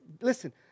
Listen